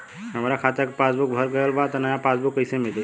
हमार खाता के पासबूक भर गएल बा त नया पासबूक कइसे मिली?